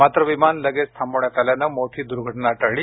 मात्र विमान लगेच थांबवण्यात आल्यानं मोठी दुर्घटना प टळली